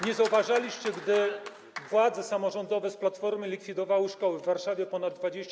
Nie zauważyliście, gdy władze samorządowe z Platformy likwidowały szkoły, w Warszawie ponad 20.